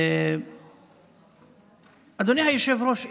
אדוני היושב-ראש,